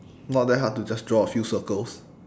not that hard to just draw a few circles